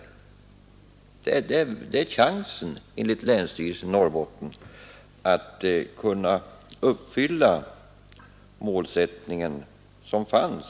Det är enligt länsstyrelsen i Norrbotten villkoret för att man skall kunna uppfylla målsättningen i BD 80.